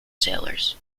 sailors